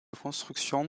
construction